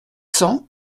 cents